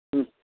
ಹ್ಞೂ